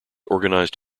organised